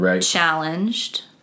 challenged